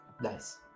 Nice